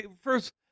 first